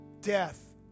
death